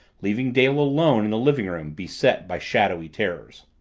leaving dale alone in the living-room beset by shadowy terrors.